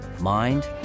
mind